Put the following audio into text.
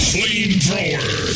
Flamethrower